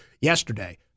yesterday